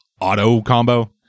auto-combo